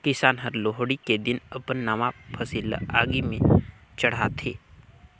किसान हर लोहड़ी के दिन अपन नावा फसिल ल आगि में चढ़ाथें